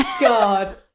god